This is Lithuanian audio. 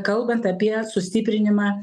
kalbant apie sustiprinimą